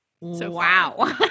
Wow